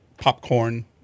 popcorn